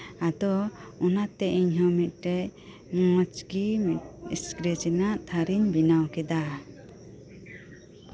ᱟᱫᱚ ᱚᱱᱟᱛᱮ ᱤᱧ ᱦᱚᱸ ᱢᱤᱫᱴᱮᱱ ᱢᱚᱸᱡᱽ ᱜᱮ ᱥᱠᱨᱮᱪ ᱨᱮᱱᱟᱜ ᱛᱷᱟᱨᱤᱧ ᱵᱮᱱᱟᱣ ᱠᱮᱫᱟ